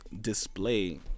display